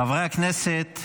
חברי הכנסת,